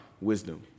wisdom